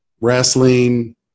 wrestling